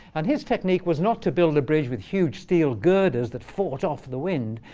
and his technique was not to build a bridge with huge steel girders that fought off the wind,